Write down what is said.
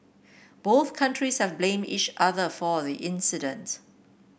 both countries have blamed each other for the incident